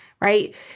right